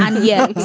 ah yeah.